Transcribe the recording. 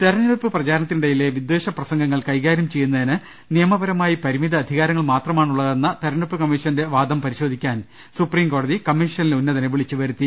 തെരഞ്ഞെടുപ്പ് പ്രചാരണത്തിനിടയിലെ വിദ്ധേഷ പ്രസംഗങ്ങൾ കൈകാരൃം ചെയ്യുന്നതിന് നിയമപരമായി പരിമിത അധികാരങ്ങൾ മാത്രമാണുള്ളതെന്ന തിരഞ്ഞെടുപ്പ് കമ്മീഷന്റെ വാദം പരിശോധി ക്കാൻ സുപ്രീം കോടതി കമ്മീഷനിലെ ഉന്നതനെ വിളിച്ചുവരുത്തി